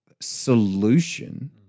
solution